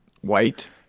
White